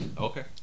Okay